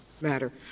matter